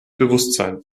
bewusstsein